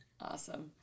Awesome